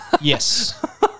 Yes